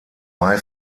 may